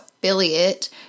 affiliate